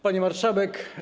Pani Marszałek!